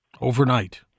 Overnight